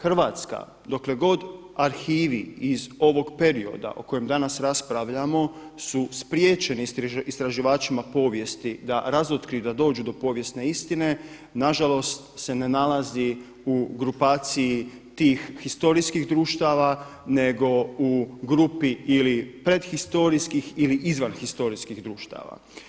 Hrvatska, dokle god arhivi iz ovog perioda o kojem danas raspravljamo su spriječeni istraživačima povijesti da razotkriju i da dođu do povijesne istine nažalost se ne nalazi u grupaciji tih historijskih društava nego u grupi ili predhistorijskih ili izvanhistorijskih društava.